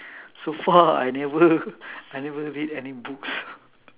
so far I never I never read any books